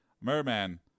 Merman